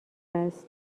هست